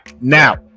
now